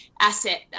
asset